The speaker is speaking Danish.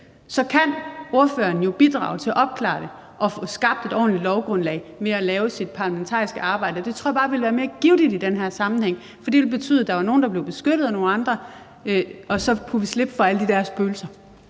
så kan ordføreren jo bidrage til at opklare det og få skabt et ordentligt lovgrundlag ved at lave sit parlamentariske arbejde. Det tror jeg bare ville være mere givtigt i den her sammenhæng, for det vil betyde, at der var nogle, der blev beskyttet – og så kunne vi slippe for alle de der spøgelser.